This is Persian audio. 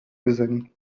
بزنی